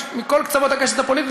מכל קצוות הקשת הפוליטית,